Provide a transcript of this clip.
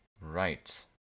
Right